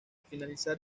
finalizar